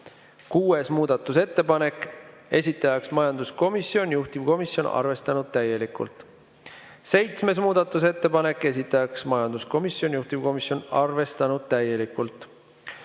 17. muudatusettepanek, esitaja majanduskomisjon, juhtivkomisjon arvestanud täielikult. 18. muudatusettepanek, esitaja majanduskomisjon, juhtivkomisjon arvestanud täielikult.